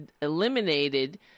eliminated